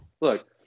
look